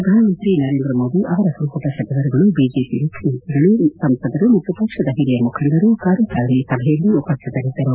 ಪ್ರಧಾನ ಮಂತ್ರಿ ನರೇಂದ್ರಮೋದಿ ಅವರ ಸಂಪುಟ ಸಚಿವರುಗಳು ಬಿಜೆಒ ಮುಖ್ಯಮಂತ್ರಿಗಳು ಸಂಸದರು ಮತ್ತು ಪಕ್ಷದ ಹಿರಿಯ ಮುಖಂಡರು ಕಾರ್ಯಕಾರಿಣಿ ಸಭೆಯಲ್ಲಿ ಉಪಸ್ಥಿತರಿದ್ದರು